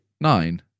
nine